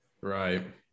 right